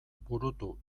burutu